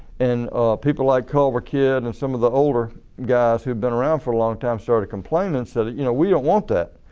and people like culver kidd and some of the older guys who had been around for a long time started complaining. so you know we don't want that,